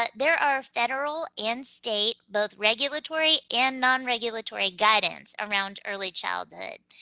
but there are federal and state, both regulatory and non-regulatory, guidance around early childhood.